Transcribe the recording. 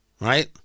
right